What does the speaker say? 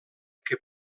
que